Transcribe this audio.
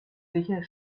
sicher